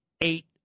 Eight